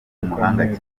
umuhanga